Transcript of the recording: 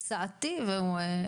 לא, הניתוח הוא תוצאתי והוא אחר כך.